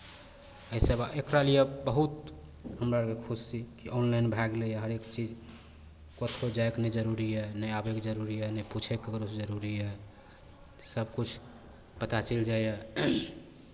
एहि सेवा एकरा लिए बहुत हमरा आरकेँ खुशी जे ऑनलाइन भए गेलैए हरेक चीज कतहु जायके नहि जरूरी यए नहि आबयके जरूरी यए नहि पूछयके ककरोसँ जरूरी यए सभकिछु पता चलि जाइए